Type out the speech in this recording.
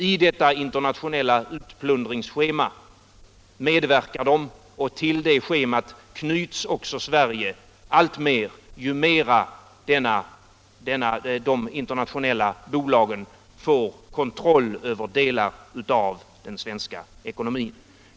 I detta internationella utplundringschema medverkar de och till det schemat knyts också Sverige i allt större utsträckning ju mer de internationella bolagen får kontroll över delar av den svenska ekonomin.